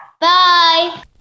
Bye